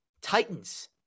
Titans